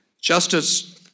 Justice